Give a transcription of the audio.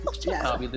Yes